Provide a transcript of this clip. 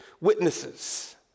witnesses